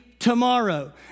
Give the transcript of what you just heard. Tomorrow